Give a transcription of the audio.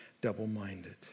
double-minded